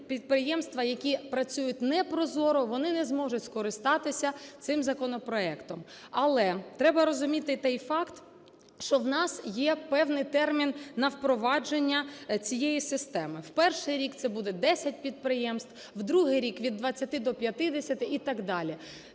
підприємства, які працюють не прозоро вони не зможуть скористатися цим законопроектом. Але треба розуміти той факт, що у нас є певний термін на впровадження цієї системи. В перший рік це буде 10 підприємства, в другий рік від 20 до 50 і так далі.